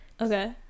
okay